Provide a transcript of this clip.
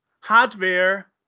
hardware